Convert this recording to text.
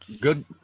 good